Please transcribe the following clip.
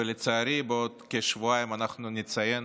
לצערי, בעוד כשבועיים אנחנו נציין